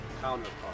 counterpart